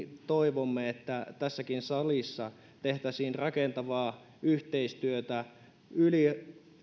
toivomme että tässäkin salissa tehtäisiin rakentavaa yhteistyötä yli